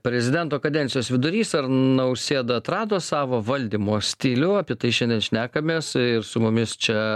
prezidento kadencijos vidurys ar nausėda atrado savo valdymo stilių apie tai šiandien šnekamės ir su mumis čia